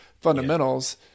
fundamentals